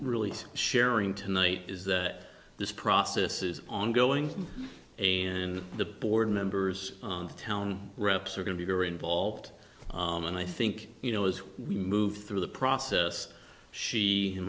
really sharing tonight is that this process is ongoing and the board members on the town reps are going to go involved and i think you know as we move through the process she